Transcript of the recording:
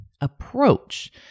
approach